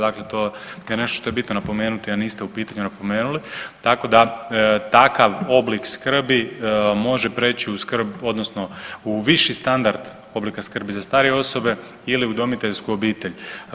Dakle, to je nešto što je bitno napomenuti, a niste u pitanju napomenuli tako da takav oblik skrbi može preći u skrb odnosno u viši standard oblika skrbi za starije osobe ili udomiteljsku obitelj.